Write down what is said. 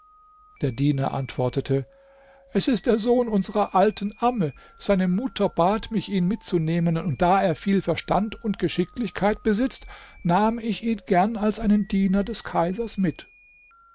der diener antwortete es ist der sohn unserer alten amme seine mutter bat mich ihn mitzunehmen und da er viel verstand und geschicklichkeit besitzt nahm ich ihn gern als einen diener des kaisers mit